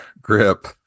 grip